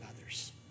others